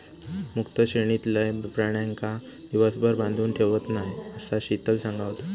मुक्त श्रेणीतलय प्राण्यांका दिवसभर बांधून ठेवत नाय, असा शीतल सांगा होता